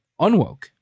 unwoke